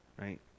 right